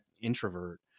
introvert